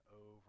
over